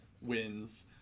wins